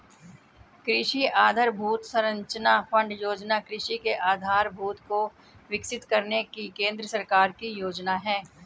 कृषि आधरभूत संरचना फण्ड योजना कृषि के आधारभूत को विकसित करने की केंद्र सरकार की योजना है